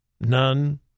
None